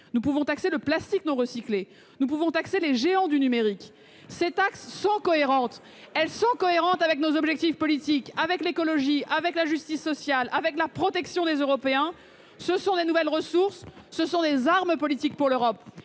de carbone, le plastique non recyclé, les géants du numérique. Chiche ! Ces taxes sont cohérentes avec nos objectifs politiques, avec l'écologie, avec la justice sociale, avec la protection des Européens. Ce sont de nouvelles ressources, ce sont des armes politiques pour l'Europe.